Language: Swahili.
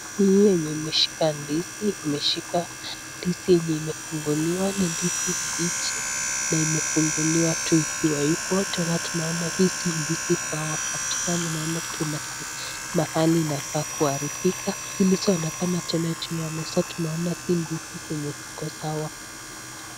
Hii yenye imeshika ndizi, imeshika ndizi yenye imefunguliwa, ni ndizi mbichi, na imefunguliwa tu ikiwa hivo, tena tunaona hii si ndizi sawa kabisaa, tunaona kuna mahali inakaa kuharibika, zilizoonekana tena juu ya meza tunaona si ndizi zenye ziko sawa.